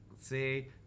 see